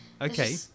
Okay